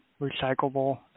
recyclable